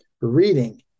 Reading